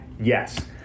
Yes